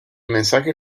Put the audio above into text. mensaje